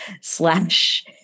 slash